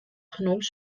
genoemd